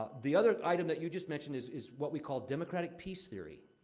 the other item that you just mentioned is is what we call democratic peace theory.